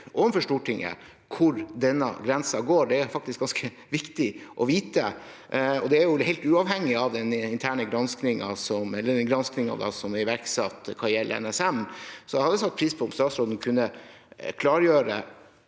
overfor Stortinget hvor denne grensen går. Det er det faktisk ganske viktig å vite. Det er helt uavhengig av den granskningen som gjelder NSM, som er iverksatt. Så jeg hadde satt pris på om statsråden kunne klargjort